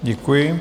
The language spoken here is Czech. Děkuji.